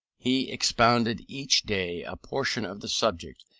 he expounded each day a portion of the subject,